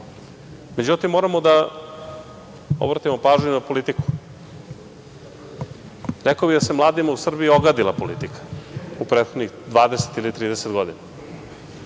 moramo da obratimo pažnju i na politiku. Rekao bih, da se mladima u Srbiji ogadila politika u prethodnih 20, ili 30 godina.